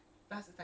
right right